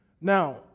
Now